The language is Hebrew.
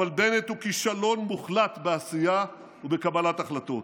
בנט הוא כישלון מוחלט בעשייה ובקבלת החלטות.